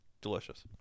delicious